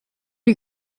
you